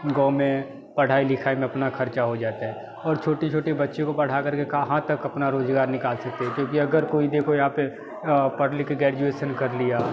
गाँव में पढ़ाई लिखाई में अपना खर्चा हो जाता है और छोटे छोटे बच्चे को पढ़ाकर के कहाँ तक अपना रोज़गार निकाल सकते हैं क्योंकि अगर कोई देखो यहाँ पे पढ़ लिख के ग्रेजुएसन कर लिया